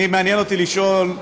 מעניין אותי לשאול,